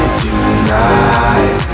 tonight